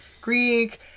Greek